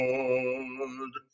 Lord